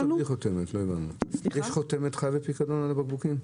יש חותמת "חייב בפיקדון" על הבקבוקים?